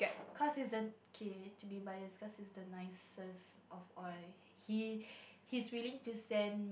cause he's an K to be bias cause he's the nicest of all he he's willing to send